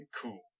cool